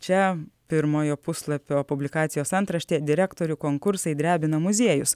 čia pirmojo puslapio publikacijos antraštė direktorių konkursai drebina muziejus